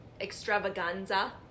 extravaganza